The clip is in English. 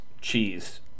cheese